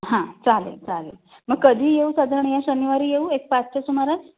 हां चालेल चालेल मग कधी येऊ साधारण या शनिवारी येऊ एक पाचच्या सुमारास